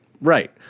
Right